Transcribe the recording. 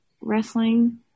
wrestling